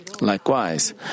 Likewise